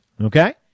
okay